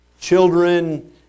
children